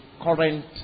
current